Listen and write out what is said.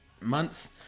month